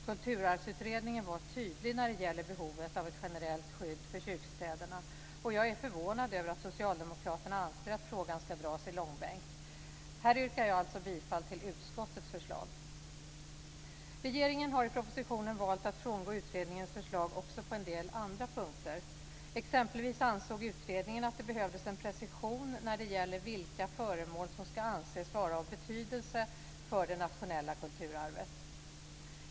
Kulturarvsutredningen var tydlig när det gäller behovet av ett generellt skydd för kyrkstäderna. Jag är förvånad över att socialdemokraterna anser att frågan ska dras i långbänk. Här yrkar jag alltså bifall till utskottets förslag. Regeringen har i propositionen valt att frångå utredningens förslag också på en del andra punkter. Exempelvis ansåg utredningen att det behövdes en precision när det gäller vilka föremål som ska anses vara av betydelse för det nationella kulturarvet.